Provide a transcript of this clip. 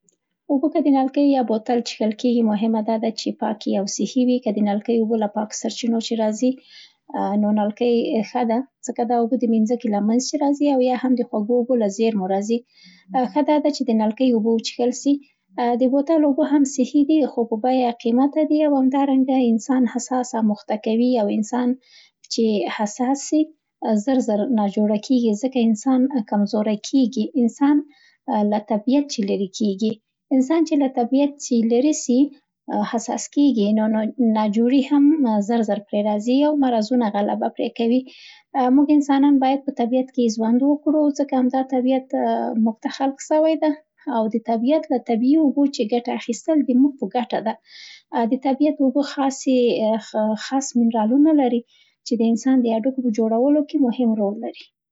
.اوبه که د نلکۍ او یا بوتل چیښل کېږي مهمه دا ده چې پاکې او صحي وي. که د نلکۍ اوبه له پاکو سرچینو چې راځي، نو نلکۍ ښه ده، ځکه دا اوبه د منځکې له منځ او یا هم د خوږو اوبو له زېرمو راځي، ښه دا ده چې د نلکۍ اوبه وچیښل سي د بوتل اوبه هم صحي دي خو په بیه قیمته دي او همدانګه انسان حساس اموخته کوي او انسان چې حساس سي، زر زر ناجوړه کېږي ځکه انسان کمزوری کېږي، انسان له طبیعت چې لرې کېږي، انسان چې له طبیعت چې لرې سي، حساس کېږي، نونه ناجوړي هم زر پرې راځي او .مرضونه غلبه پرې کوي. موږ انسانان باید په طبعیت کې زوند وکړو ځکه همدا طبیعت موږ ته خلق سوی ده او د طبیعت له طبیعي اوبو چې ګټه اخیستل دموږ په ګټه ده. د طبعیت اوبه خاصې، خاص منرالونه لري چې د انسان د هډوکو په جوړو کې مهم رول لري